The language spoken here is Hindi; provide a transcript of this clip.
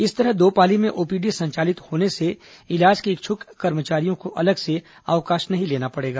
इस तरह दो पाली में ओपीडी संचालित होने से इलाज के इच्छुक कर्मचारियों को अलग से अवकाश नहीं लेना पड़ेगा